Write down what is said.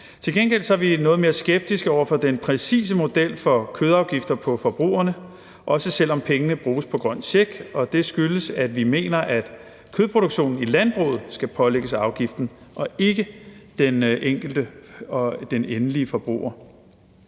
Til gengæld er vi noget mere skeptiske over for den præcise model for kødafgifter for forbrugerne, også selv om pengene bruges på grøn check, og det skyldes, at vi mener, at kødproduktionen i landbruget skal pålægges afgiften, ikke den enkelte og endelige forbruger,